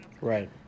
Right